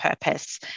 purpose